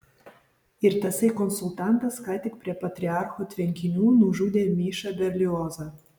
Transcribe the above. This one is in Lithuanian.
ir tasai konsultantas ką tik prie patriarcho tvenkinių nužudė mišą berliozą